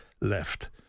left